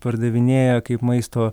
pardavinėja kaip maisto